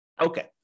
Okay